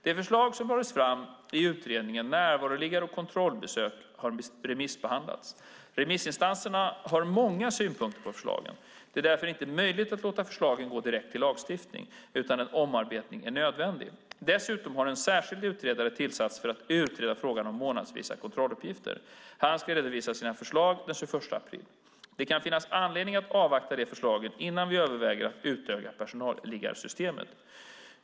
De förslag som lades fram i utredningen Närvaroliggare och kontrollbesök har remissbehandlats. Remissinstanserna har många synpunkter på förslagen. Det är därför inte möjligt att låta förslagen gå direkt till lagstiftning, utan en omarbetning är nödvändig. Dessutom har en särskild utredare tillsatts för att utreda frågan om månadsvisa kontrolluppgifter. Han ska redovisa sina förslag den 21 april. Det kan finnas anledning att avvakta de förslagen innan vi överväger att utöka personalliggarsystemet.